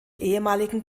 ehemaligen